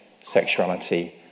sexuality